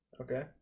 Okay